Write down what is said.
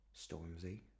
Stormzy